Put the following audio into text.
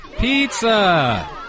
Pizza